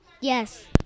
Yes